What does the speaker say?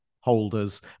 holders